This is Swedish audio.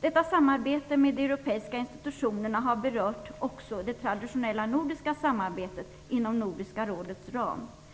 Detta samarbete med de europeiska institutionerna har berört också det traditionella nordiska samarbetet inom Nordiska rådets ram.